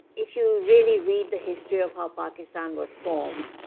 if you really read the history of how pakistan was formed,